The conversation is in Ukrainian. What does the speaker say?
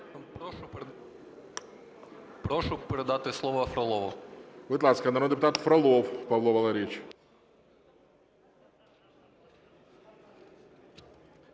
Прошу передати слово Фролову. ГОЛОВУЮЧИЙ. Будь ласка, народний депутат Фролов Павло Валерійович.